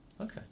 Okay